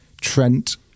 Trent